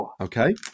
Okay